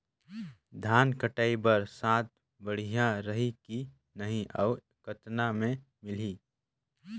धान कटाई बर साथ बढ़िया रही की नहीं अउ कतना मे मिलही?